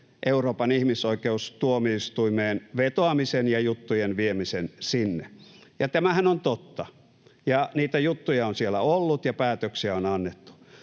Euroopan ihmisoikeustuomioistuimeen vetoamisen ja juttujen viemisen sinne. Tämähän on totta, niitä juttuja on siellä ollut, ja päätöksiä on annettu,